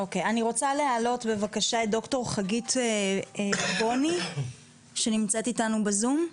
אני רוצה להעלות את ד"ר חגית בוני שנמצאת איתנו בזום.